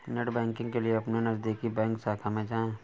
net banking के लिए अपने नजदीकी बैंक शाखा में जाए